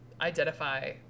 identify